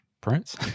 Prince